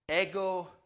Ego